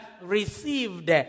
received